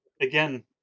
Again